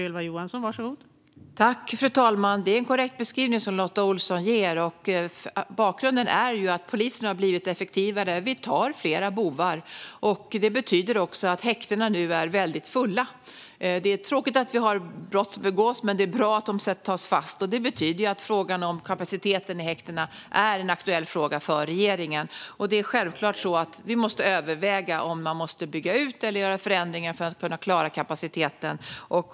Fru talman! Det är en korrekt beskrivning som Lotta Olsson ger. Bakgrunden är ju att polisen har blivit effektivare. Vi tar fler bovar, och det betyder att häktena nu är väldigt fulla. Det är tråkigt att brott begås, men det är bra att brottslingarna tas fast. Detta betyder att frågan om kapaciteten i häktena är en aktuell fråga för regeringen. Vi måste självklart överväga om man måste bygga ut eller göra andra förändringar för att klara kapaciteten.